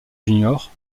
juniors